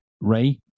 Ray